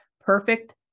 perfect